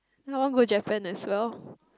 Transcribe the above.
no one go Japan as well